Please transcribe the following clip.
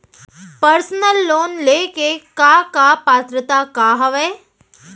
Personal loan ले के का का पात्रता का हवय?